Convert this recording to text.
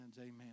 Amen